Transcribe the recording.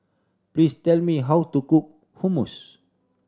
please tell me how to cook Hummus